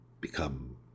become